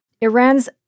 Iran's